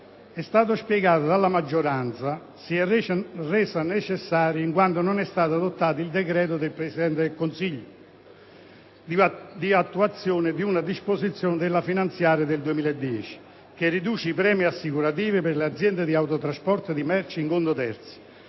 è stato spiegato dalla maggioranza, si è resa necessaria in quanto non è stato adottato il decreto del Presidente del Consiglio di attuazione di una disposizione della legge finanziaria del 2010, che riduce i premi assicurativi per le aziende di autotrasporto di merci in conto terzi.